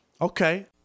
Okay